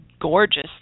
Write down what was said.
gorgeous